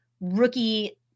rookie